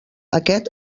aquest